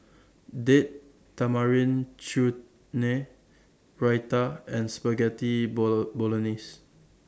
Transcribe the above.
Date Tamarind Chutney Raita and Spaghetti Bolognese